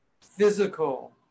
physical